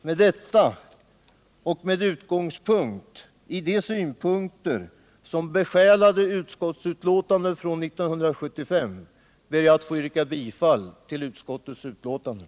Med dessa ord och med utgångspunkt i de synpunkter som besjälade det enhälliga utskottsbetänkande 1975 ber jag att få yrka bifall till utskottets hemställan.